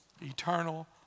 Eternal